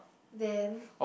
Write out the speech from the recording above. then